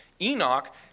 Enoch